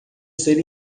ser